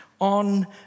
on